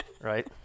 right